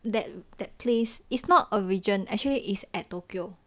that that place is not a region actually it's at tokyo